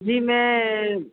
جی میں